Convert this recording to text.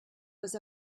was